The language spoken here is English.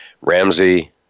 Ramsey